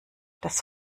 das